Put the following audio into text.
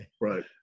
Right